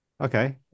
okay